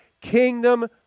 Kingdom